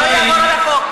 שלא יעבור על החוק.